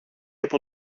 από